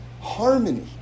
harmony